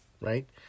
right